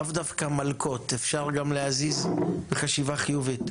לאו דווקא מלקות, אפשר גם להזיז בחשיבה חיובית.